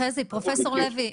פרופסור לוי,